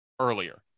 earlier